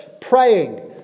praying